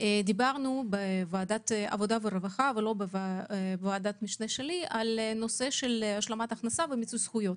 דברנו בוועדת העבודה והרווחה על נושא השלמת הכנסה ומיצוי זכויות.